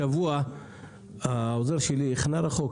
השבוע העוזר שלי החנה רחוק.